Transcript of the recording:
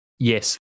Yes